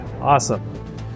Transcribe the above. Awesome